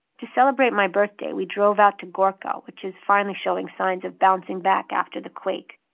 to celebrate my birthday, we drove out to gorkha, which is finally showing signs of bouncing back after the quake.